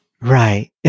Right